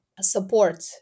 support